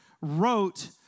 wrote